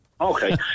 okay